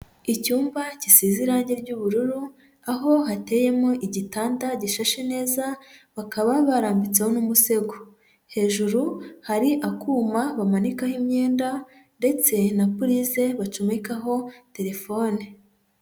Icyumba kisize irange ry'ubururu, aho hateyemo igitanda gishashe neza, bakaba barambitseho n'umusego. Hejuru hari akuma bamanikaho imyenda ndetse na purize bacomekaho telefone.